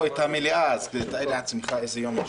את המליאה אז תאר לעצמך איזה יום יש.